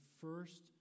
first